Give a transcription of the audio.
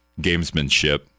gamesmanship